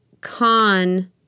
con